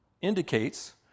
indicates